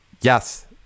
yes